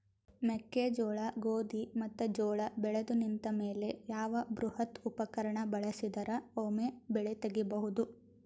ಮೆಕ್ಕೆಜೋಳ, ಗೋಧಿ ಮತ್ತು ಜೋಳ ಬೆಳೆದು ನಿಂತ ಮೇಲೆ ಯಾವ ಬೃಹತ್ ಉಪಕರಣ ಬಳಸಿದರ ವೊಮೆ ಬೆಳಿ ತಗಿಬಹುದು?